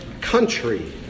country